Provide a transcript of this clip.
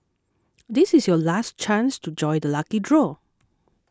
this is your last chance to join the lucky draw